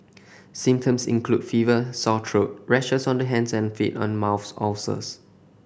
symptoms include fever sore throat rashes on the hands and feet and mouth ulcers